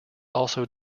also